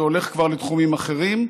זה הולך כבר לתחומים אחרים,